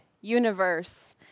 universe